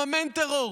מממן טרור.